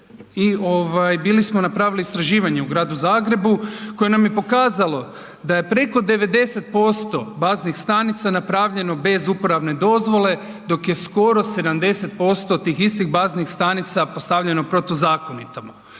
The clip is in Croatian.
bili smo napravili istraživanje u Gradu Zagrebu koje nam je pokazalo da je preko 90% baznih stanica napravljeno bez uporabne dozvole dok je skoro 70% tih istih baznih stanica postavljeno protuzakonito.